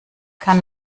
kann